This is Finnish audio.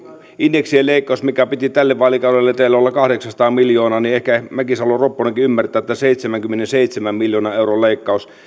indeksien leikkauksen piti tälle vaalikaudelle täällä olla kahdeksansataa miljoonaa niin ehkä mäkisalo ropponenkin ymmärtää että seitsemänkymmenenseitsemän miljoonan euron leikkaus